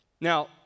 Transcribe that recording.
Now